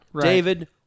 David